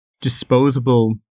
disposable